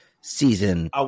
season